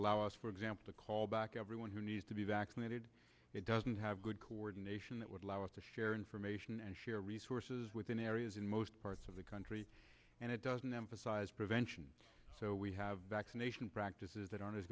allow us for example callback everyone who needs to be vaccinated it doesn't have good coordination that would allow us to share information and share resources within areas in most parts of the country and it doesn't emphasize prevention so we have vaccination practices that aren't as